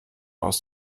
aus